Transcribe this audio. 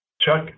chuck